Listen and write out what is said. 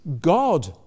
God